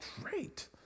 great